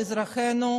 אזרחינו,